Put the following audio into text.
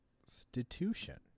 Constitution